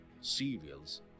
cereals